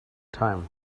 time